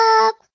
up